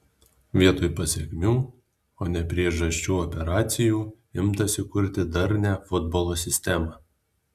vietoj pasekmių o ne priežasčių operacijų imtasi kurti darnią futbolo sistemą